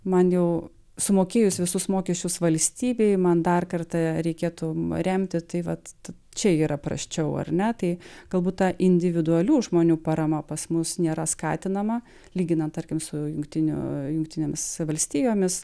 man jau sumokėjus visus mokesčius valstybei man dar kartą reikėtų remti tai vat čia yra prasčiau ar ne tai gal būt ta individualių žmonių parama pas mus nėra skatinama lyginant tarkim su jungtinių jungtinėmis valstijomis